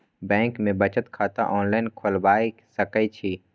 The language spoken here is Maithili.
बैंक में बचत खाता ऑनलाईन खोलबाए सके छी?